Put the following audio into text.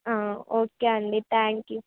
ఆ ఓకే అండి thank you